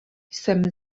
jsem